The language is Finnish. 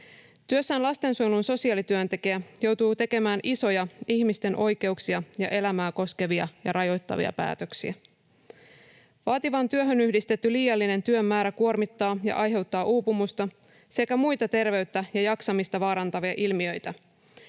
Työssään lastensuojelun sosiaalityöntekijä joutuu tekemään isoja, ihmisten oikeuksia ja elämää koskevia ja rajoittavia päätöksiä. Vaativaan työhön yhdistetty liiallinen työmäärä kuormittaa ja aiheuttaa uupumusta sekä muita terveyttä ja jaksamista vaarantavia ilmiöitä.